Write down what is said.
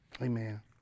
Amen